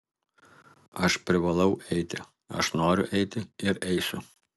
aš privalau eiti aš noriu eiti ir eisiu